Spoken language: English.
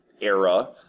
era